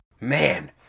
Man